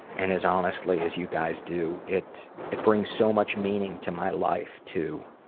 and as honestly as you guys do. it it brings so much meaning to my life to